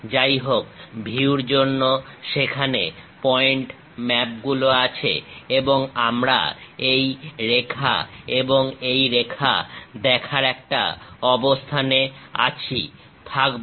যাই হোক ভিউর জন্য সেখানে পয়েন্ট ম্যাপগুলো আছে এবং আমরা এই রেখা এবং এই রেখা দেখার একটা অবস্থানে আছি থাকবো